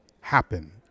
happen